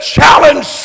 challenge